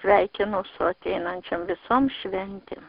sveikinu su ateinančiom visom šventėm